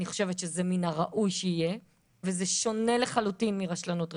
אני חושבת שזה מין הראוי שיהיה וזה שונה לחלוטין מרשלנות רפואית.